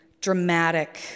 dramatic